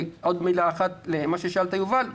עוד מילה אחת לגבי השאלה של יובל.